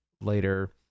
later